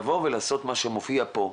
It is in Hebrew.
לעשות מה שמופיע פה,